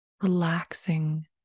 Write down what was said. relaxing